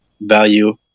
value